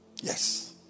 Yes